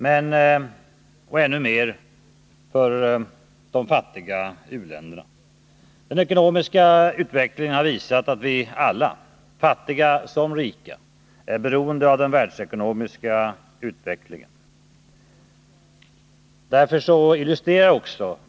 Det har fått ännu allvarligare konsekvenser för de fattiga u-länderna. Den ekonomiska utvecklingen har visat att vi alla — fattiga som rika — är beroende av den världsekonomiska utvecklingen.